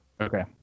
Okay